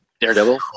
Daredevil